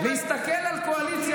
זה מעצבן נורא